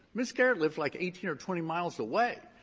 ms. garrett lived, like, eighteen or twenty miles away.